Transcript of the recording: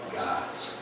gods